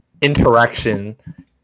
interaction